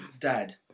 dad